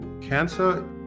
cancer